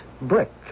Brick